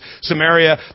Samaria